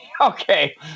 Okay